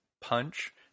punch